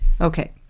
Okay